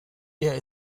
der